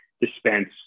dispense